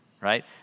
right